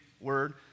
word